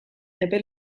epe